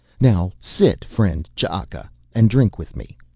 now sit friend ch'aka and drink with me.